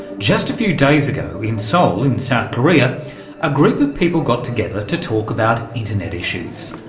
just a few days ago in seoul in south korea a group of people got together to talk about internet issues.